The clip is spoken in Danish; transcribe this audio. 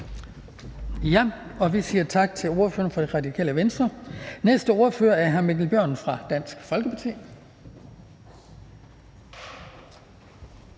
Vi siger tak til ordføreren for Radikale Venstre. Næste ordfører er hr. Mikkel Bjørn fra Dansk Folkeparti.